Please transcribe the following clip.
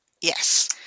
Yes